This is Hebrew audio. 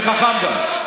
וחכם גם.